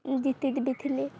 ଜିତିକି ବି ଥିଲି